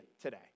today